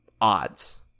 odds